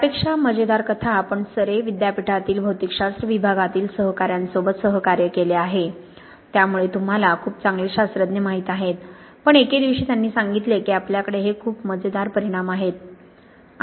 त्यापेक्षा मजेदार कथा आपण "सरे विद्यापीठा"तील भौतिकशास्त्र विभागातील सहकाऱ्यांसोबत सहकार्य केले आहे त्यामुळे तुम्हाला खूप चांगले शास्त्रज्ञ माहित आहेत पण एके दिवशी त्यांनी सांगितले की आपल्याकडे हे खूप मजेदार परिणाम आहेत